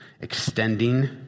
Extending